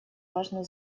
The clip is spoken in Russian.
важной